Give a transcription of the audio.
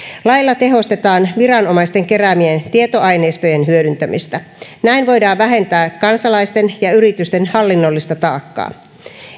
lailla tehostetaan viranomaisten keräämien tietoaineistojen hyödyntämistä näin voidaan vähentää kansalaisten ja yritysten hallinnollista taakkaa